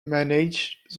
managed